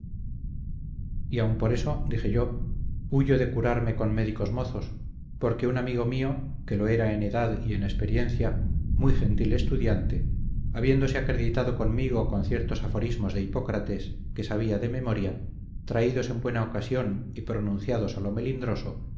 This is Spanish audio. y aun por eso dije yo huyo de curarme con médicos mozos porque un amigo mío que lo era en edad y en experiencia muy gentil estudiante habiéndose acreditado conmigo con ciertos aforismos de hipócrates que sabía de memoria traídos en buena ocasión y pronunciados a lo melindroso